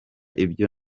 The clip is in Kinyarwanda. ibyo